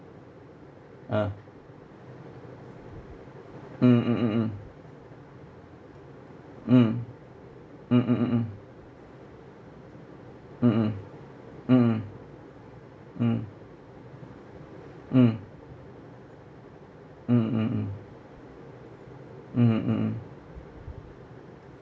ah mm mm mm mm mm mm mm mm mm mm mm mm mm mm mm mm mm mm mm mm mm